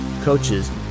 coaches